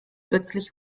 plötzlich